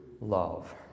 love